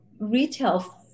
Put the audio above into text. retail